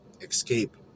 escape